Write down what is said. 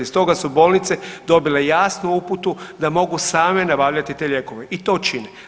Stoga su bolnice dobile jasnu uputu da mogu same nabavljati te lijekove i to čine.